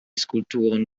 skulpturen